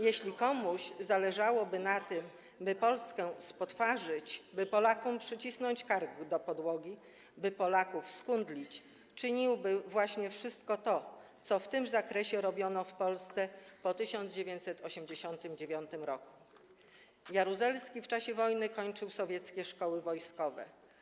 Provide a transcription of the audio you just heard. Jeśli komuś zależałoby na tym, by Polskę spotwarzyć, by Polakom przycisnąć kark do podłogi, by Polaków skundlić, czyniłby właśnie wszystko to, co w tym zakresie robiono w Polsce po 1989 r. Jaruzelski w czasie wojny kończył sowieckie szkoły wojskowe.